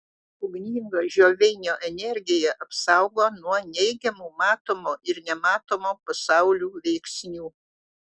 ugninga žioveinio energija apsaugo nuo neigiamų matomo ir nematomo pasaulių veiksnių